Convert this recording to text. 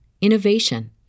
innovation